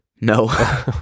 No